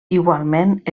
igualment